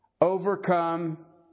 Overcome